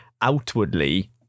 outwardly